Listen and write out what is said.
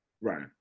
Right